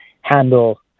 handle